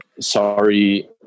sorry